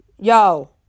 yo